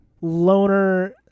Loner